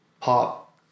pop